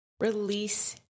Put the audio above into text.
release